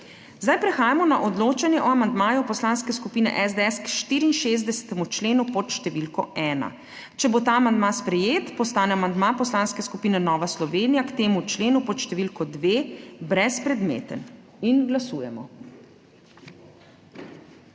Prehajamo na odločanje o amandmaju Poslanske skupine SDS k 64. členu pod številko ena. Če bo ta amandma sprejet, postane amandma Poslanske skupine Nova Slovenija k temu členu pod številko dve brezpredmeten. Glasujemo.